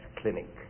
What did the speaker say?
clinic